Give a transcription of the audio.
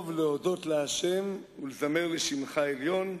טוב להודות לה' ולזמר לשמך עליון,